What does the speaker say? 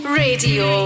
radio